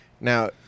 now